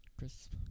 Crisp